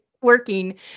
working